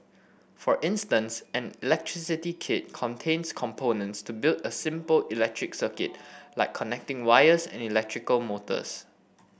for instance an electricity kit contains components to build a simple electric circuit like connecting wires and electrical motors